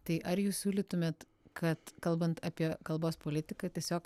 tai ar jūs siūlytumėt kad kalbant apie kalbos politiką tiesiog